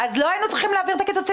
אז לא היינו צריכים להעביר את הקיצוצים